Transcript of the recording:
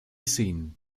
seen